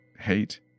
hate